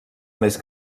més